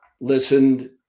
listened